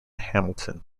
hamilton